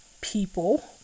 people